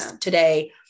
today